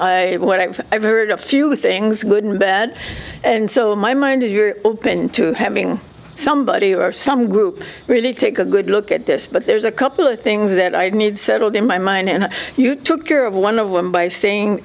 heard a few things good and bad and so my mind is you're open to having somebody or some group really take a good look at this but there's a couple of things that i need settled in my mind and you took care of one of them by staying